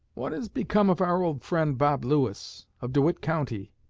what has become of our old friend bob lewis, of dewitt county?